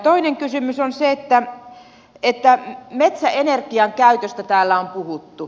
toinen kysymys on se että metsäenergian käytöstä täällä on puhuttu